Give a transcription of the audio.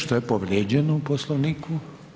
Što je povrijeđeno u Poslovniku?